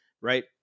Right